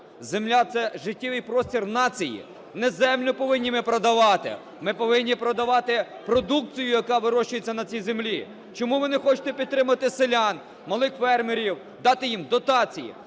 земля – це життєвий простір нації. Не землю повинні ми продавати, ми повинні продавати продукцію, яка вирощується на цій землі. Чому ви не хочете підтримати селян, малих фермерів, дати їм дотації,